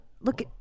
look